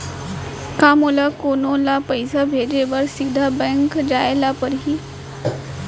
का मोला कोनो ल पइसा भेजे बर सीधा बैंक जाय ला परही?